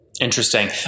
Interesting